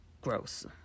gross